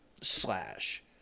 slash